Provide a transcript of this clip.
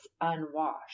unwashed